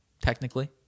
technically